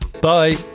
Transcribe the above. Bye